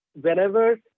whenever